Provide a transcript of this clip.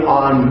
on